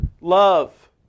love